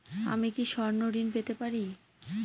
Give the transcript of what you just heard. আমি কি স্বর্ণ ঋণ পেতে পারি?